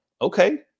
okay